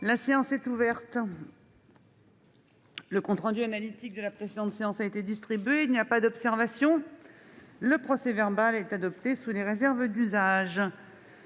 La séance est ouverte. Le compte rendu analytique de la précédente séance a été distribué. Il n'y a pas d'observation ?... Le procès-verbal est adopté sous les réserves d'usage.